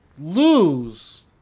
lose